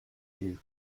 you